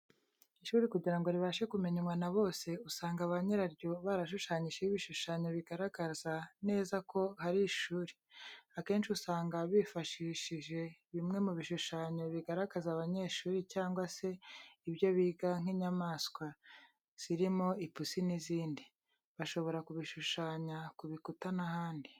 Ishuri kugira ngo ribashe kumenywa na bose ,usanga banyiraryo barashushanyijeho ibishushanyo bigaragaza neza ko hari ishuri .Akenshi usanga bifashishije bimwe mu bishushanyo bigaragaza abanyeshuri cyangwa se ibyo biga nk'inyamanswa zirimo ipusi n'izindi. Bashobora kubishushanya ku bikuta n'ahandi.